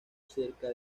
cerca